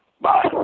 bye